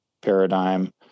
paradigm